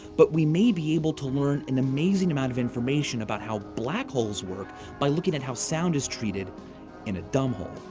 but we may be able to learn an amazing amount of information about how black holes work by looking at how sound is treated in a dumbhole.